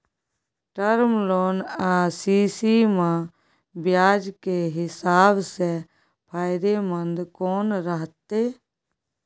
Term loan आ CC म ब्याज के हिसाब से फायदेमंद कोन रहते?